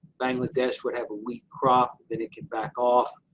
bangladesh would have a weak crop, then it can back off.